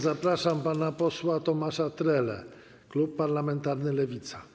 Zapraszam pana posła Tomasza Trelę, klub parlamentarny Lewica.